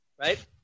right